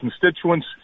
constituents